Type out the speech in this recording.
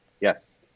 Yes